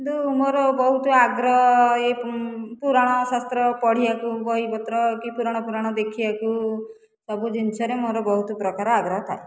କିନ୍ତୁ ମୋର ବହୁତ ଆଗ୍ରହ ଏ ପୁରାଣ ଶାସ୍ତ୍ର ପଢ଼ିବାକୁ କି ବହି ପତ୍ର କି ପୁରାଣ ଫୁରାଣ ଦେଖିବାକୁ ସବୁ ଜିନିଷରେ ମୋର ବହୁତ ପ୍ରକାର ଆଗ୍ରହ ଥାଏ